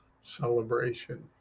celebration